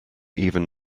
even